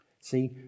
See